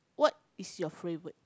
what is your favourite